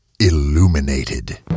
Illuminated